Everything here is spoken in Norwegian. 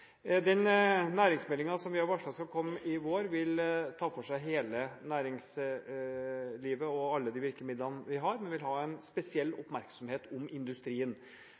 Den næringsmeldingen vi har varslet skal komme i vår, vil ta for seg hele næringslivet og alle de virkemidlene vi har, men vil ha spesiell oppmerksomhet på industrien.